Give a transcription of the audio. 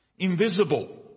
invisible